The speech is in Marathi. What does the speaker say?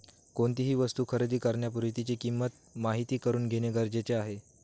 कोणतीही वस्तू खरेदी करण्यापूर्वी तिची किंमत माहित करून घेणे गरजेचे आहे